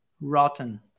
rotten